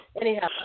Anyhow